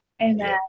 Amen